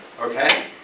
Okay